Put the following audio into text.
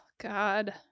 God